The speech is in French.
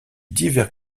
divers